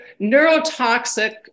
Neurotoxic